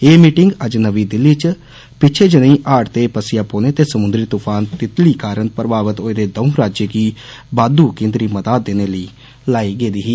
ऐह मीटिंग अज्ज नमीं दिल्ली च पिच्छै जनेही हाड़ ते पस्सियां पौने ते समुन्द्री तुफान तितली कारण प्रभावित होए दे दंऊ राज्यएं गी बाद्र केन्द्री मदाद देने लेई लाई गेदी ही